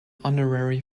honorary